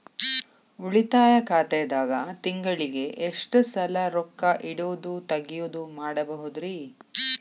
ಉಳಿತಾಯ ಖಾತೆದಾಗ ತಿಂಗಳಿಗೆ ಎಷ್ಟ ಸಲ ರೊಕ್ಕ ಇಡೋದು, ತಗ್ಯೊದು ಮಾಡಬಹುದ್ರಿ?